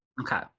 Okay